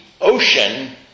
ocean